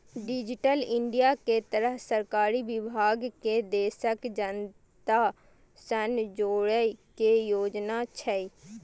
digital India के तहत सरकारी विभाग कें देशक जनता सं जोड़ै के योजना छै